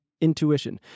intuition